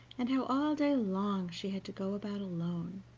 and how all day long she had to go about alone,